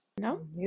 No